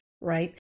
right